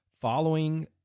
Following